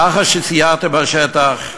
לאחר שסיירת בשטח,